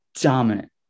Dominant